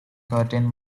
curtain